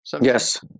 Yes